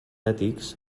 ètics